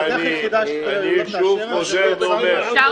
------ אני שוב חוזר ואומר --- אפשר